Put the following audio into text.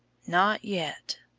not yet,